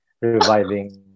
reviving